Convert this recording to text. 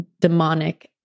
demonic